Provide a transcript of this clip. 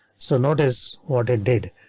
so notice what it did.